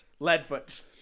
Leadfoot